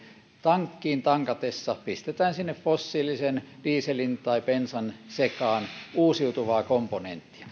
tankkiin tankatessa pistetään fossiilisen dieselin tai bensan sekaan uusiutuvaa komponenttia